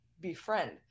befriend